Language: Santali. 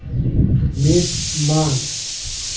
ᱢᱤᱫ ᱢᱟᱜᱷ